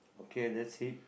okay that's it